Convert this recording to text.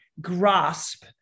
grasp